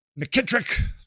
McKittrick